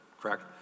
correct